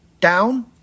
Down